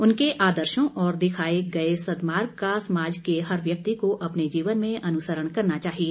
उनके आदर्शो और दिखाए गए सद्मार्ग का समाज के हर व्यक्ति को अपने जीवन में अनुसरण करना चाहिए